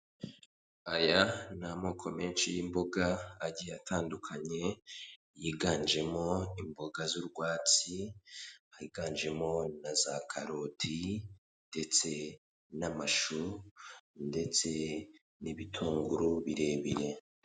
Aya n'amoko menshi y'imboga agiye atandukanye; yiganjemo imboga z'urwatsi, yiganjemo na za karotiri ndetse n'amashu ndetse n'ibitunguru birebire.